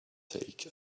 take